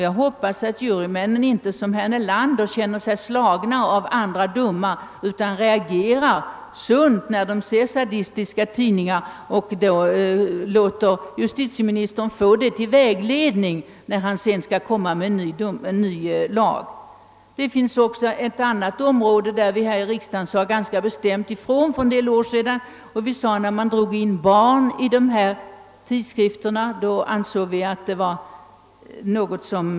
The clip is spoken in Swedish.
Jag hoppas att jurymännen inte som herr Nelander känner sig maktlösa utan reagerar sunt när de har att granska sadistiska tidningar och låter justitieministern få detta till vägledning när han skall framlägga en ny lag på detta område. Även i ett annat avseende har riksdagen bestämt sagt ifrån att det inte får ske någon spridning av dessa skrifter, nämligen då barn tagits in i dem.